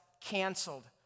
canceled